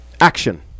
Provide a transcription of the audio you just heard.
action